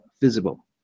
visible